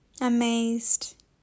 amazed